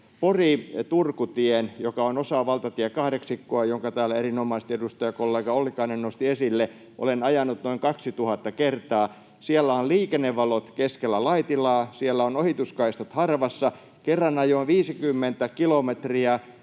Pori—Turku-tien, joka on osa valtatie kahdeksikkoa, jonka täällä erinomaisesti edustajakollega Ollikainen nosti esille, olen ajanut noin 2 000 kertaa. Siellä on liikennevalot keskellä Laitilaa. Siellä ovat ohituskaistat harvassa. Kerran ajoin 50 kilometriä